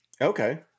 Okay